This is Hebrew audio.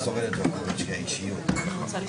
כתב אישום.